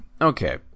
Okay